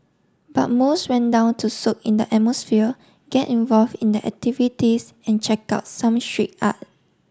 but most went down to soak in the atmosphere get involve in the activities and check out some street art